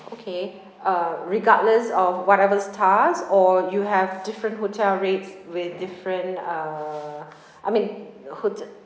okay uh regardless of whatever stars or you have different hotel rates with different uh I mean hote~